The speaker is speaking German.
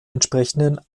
entsprechenden